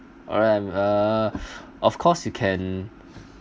alright uh of course you can